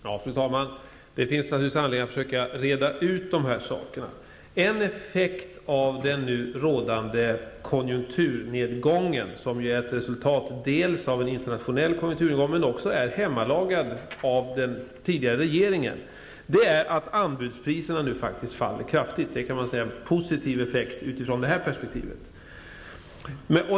Fru talman! Det finns naturligtvis anledning att försöka reda ut dessa saker. En effekt av den nu rådande konjunkturnedgången, som är ett resultat dels av en internationell konjunkturnedgång, dels är hemmalagad av den tidigare regeringen, är att anbudspriserna nu faller kraftigt. Det kan sägas vara en positiv effekt utifrån detta perspektiv.